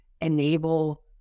enable